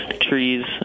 trees